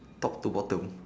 top to bottom